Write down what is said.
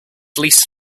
least